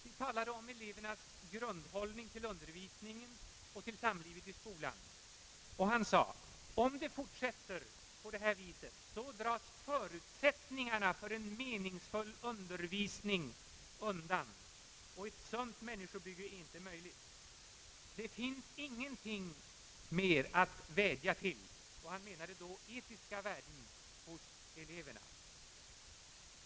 Vi talade om elevernas grundhållning till undervisningen och till samlivet i skolan. Han sade att om det fortsätter på det här viset så dras förutsättningarna för en meningsfull undervisning undan och ett sunt människobygge är inte möjligt. Det finns ingenting mer att vädja till. Han menade då etiska värden hos eleverna.